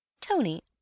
Tony